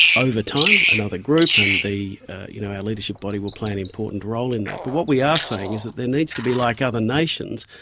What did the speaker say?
over time another group and you know our leadership body will play an important role in that. but what we are saying is that there needs to be, like other nations,